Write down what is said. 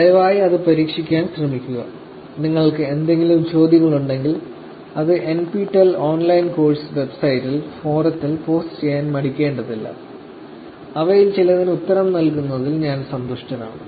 ദയവായി അത് പരീക്ഷിക്കാൻ ശ്രമിക്കുക നിങ്ങൾക്ക് എന്തെങ്കിലും ചോദ്യങ്ങളുണ്ടെങ്കിൽ അത് NPTEL ഓൺലൈൻ കോഴ്സ് വെബ്സൈറ്റിൽ ഫോറത്തിൽ പോസ്റ്റ് ചെയ്യാൻ മടിക്കേണ്ടതില്ല അവയിൽ ചിലതിന് ഉത്തരം നൽകുന്നതിൽ ഞാൻ സന്തുഷ്ടനാണ്